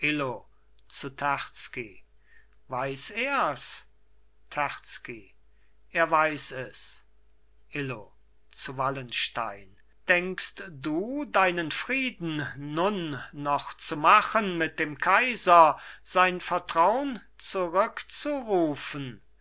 zu terzky weiß ers terzky er weiß es illo zu wallenstein denkst du deinen frieden nun noch zu machen mit dem kaiser sein vertraun zurückzurufen